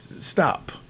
Stop